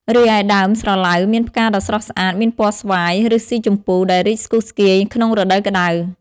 រីឯ ដើមស្រឡៅមានផ្កាដ៏ស្រស់ស្អាតមានពណ៌ស្វាយ ឬស៊ីជម្ពូ ដែលរីកស្គុះស្គាយក្នុងរដូវក្ដៅ។